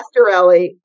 Pastorelli